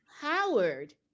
Howard